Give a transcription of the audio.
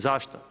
Zašto?